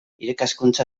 irakaskuntza